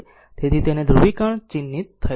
તેથી અને તેથી આ ધ્રુવીકરણ ચિહ્નિત થયેલ છે